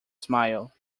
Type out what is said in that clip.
smile